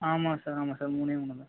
ஆமாம் சார் ஆமாம் சார் மூணே மூணு தான்